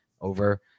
over